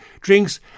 drinks